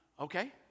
okay